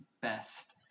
best